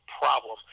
problem